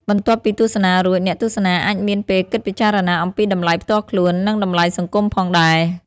បន្ទាប់ពីទស្សនារួច អ្នកទស្សនាអាចមានពេលគិតពិចារណាអំពីតម្លៃផ្ទាល់ខ្លួន និងតម្លៃសង្គមផងដែរ។